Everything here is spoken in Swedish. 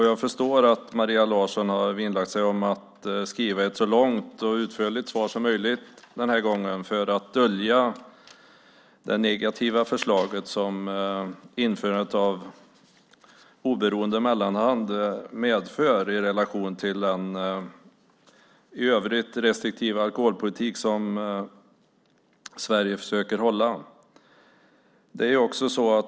Jag förstår att Maria Larsson har vinnlagt sig om att den här gången skriva ett så långt och utförligt svar som möjligt för att dölja det negativa förslaget om införandet av oberoende mellanhand, i relation till en i övrigt restriktiv alkoholpolitik som Sverige försöker upprätthålla.